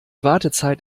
wartezeit